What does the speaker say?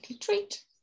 treat